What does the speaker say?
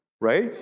right